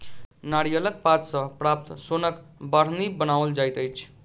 नारियलक पात सॅ प्राप्त सोनक बाढ़नि बनाओल जाइत अछि